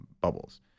bubbles